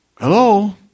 Hello